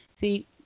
See